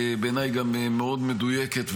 בעיניי גם מאוד מדויקת,